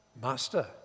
Master